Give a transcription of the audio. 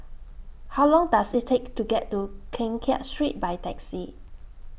How Long Does IT Take to get to Keng Kiat Street By Taxi